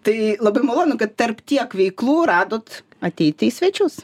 tai labai malonu kad tarp tiek veiklų radot ateiti į svečius